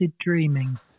dreaming